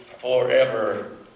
forever